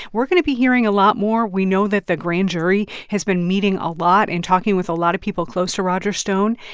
we're going to be hearing a lot more. we know that the grand jury has been meeting a lot and talking with a lot of people close to roger stone.